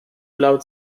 laut